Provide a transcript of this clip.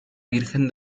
virgen